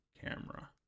camera